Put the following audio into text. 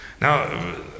Now